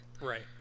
Right